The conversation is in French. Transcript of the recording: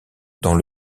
dans